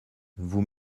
vous